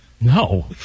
no